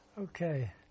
okay